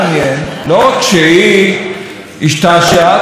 תמיד יש איזה פושע אחד או פושעת אחת,